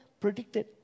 predicted